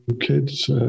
kids